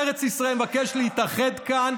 בשמה של ארץ ישראל אני מבקש להתאחד כאן,